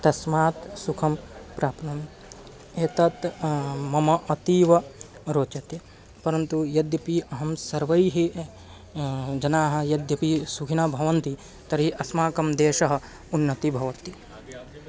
तस्मात् सुखं प्राप्नोमि एतत् मम अतीव रोचते परन्तु यद्यपि अहं सर्वैः जनाः यद्यपि सुखिनः भवन्ति तर्हि अस्माकं देशः उन्नतिः भवति